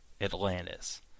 Atlantis